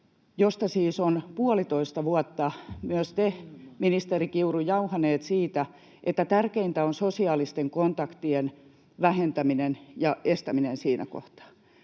jauhettu puolitoista vuotta, ja myös te, ministeri Kiuru, olette jauhanut siitä, että kun tärkeintä on sosiaalisten kontaktien vähentäminen ja estäminen siinä kohtaa,